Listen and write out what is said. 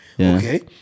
okay